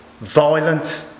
violent